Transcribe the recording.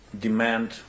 demand